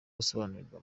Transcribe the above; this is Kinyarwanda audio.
gusobanurirwa